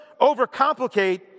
overcomplicate